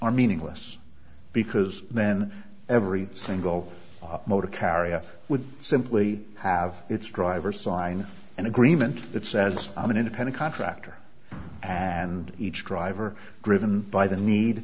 are meaningless because then every single motor carrier would simply have its driver sign an agreement that says i'm an independent contractor and each driver driven by the need